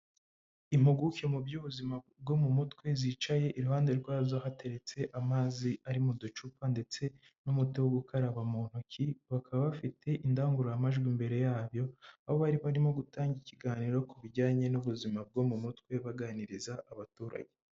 Impuguke mu by'ubuzima bwo mu mutwe zicaye iruhande rwazo hateretse amazi ari mu ducupa ndetse n'umuti wo gukaraba mu ntoki ,bakaba bafite indangururamajwi imbere yayo, aho bari barimo gutanga ikiganiro ku bijyanye n'ubuzima bwo mu mutwe baganiriza abaturage.